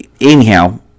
anyhow